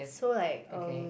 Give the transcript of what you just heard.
so like um